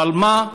אבל מה?